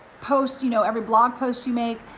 post, you know, every blog posts you make,